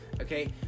Okay